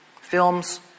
Films